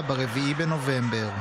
חברי הכנסת וחברות הכנסת, תם סדר-היום.